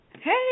Hey